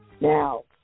Now